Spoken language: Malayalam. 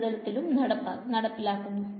ഉപരിതലത്തിലും നടപ്പിലാക്കുന്നു